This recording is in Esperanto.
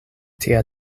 tia